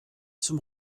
zum